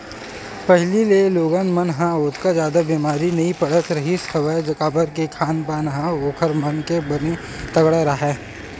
पहिली के लोगन मन ह ओतका जादा बेमारी नइ पड़त रिहिस हवय काबर के खान पान ह ओखर मन के बने तगड़ा राहय